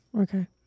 Okay